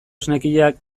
esnekiak